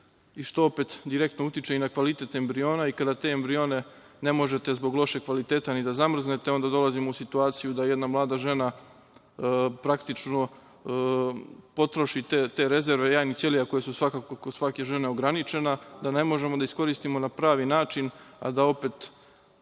To opet direktno utiče i na kvalitet embriona. Kada te ambrione ne možete zbog lošeg kvaliteta ni da zamrznete onda dolazimo u situaciju da jedna mlada žena praktično potroši te rezerve jajnih ćelija koje su kod svake žene ograničene, da ne možemo da iskoristimo na pravi način, a da opet